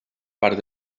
part